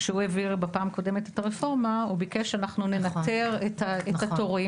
כשהוא העביר בפעם הקודמת את הרפורמה הוא ביקש שאנחנו ננטר את התורים,